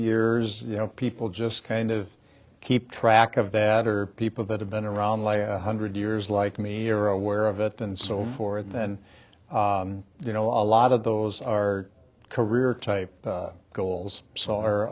years you know people just kind of keep track of that or people that have been around like a hundred years like me are aware of it and so for then you know a lot of those are career type goals s